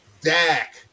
Dak